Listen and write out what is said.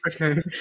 Okay